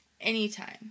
Anytime